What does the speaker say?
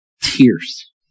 tears